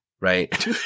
right